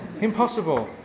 Impossible